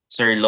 Sir